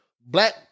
black